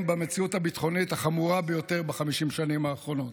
במציאות הביטחונית החמורה ביותר ב-50 השנים האחרונות,